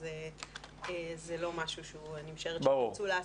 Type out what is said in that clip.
אז זה לא משהו שאני משערת שתרצו לעשות.